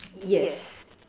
yes